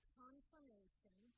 confirmation